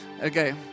Okay